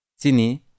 sini